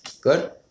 Good